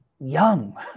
young